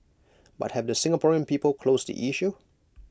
but have the Singaporean people closed the issue